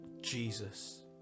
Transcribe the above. Jesus